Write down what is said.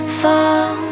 fall